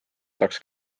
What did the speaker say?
saaks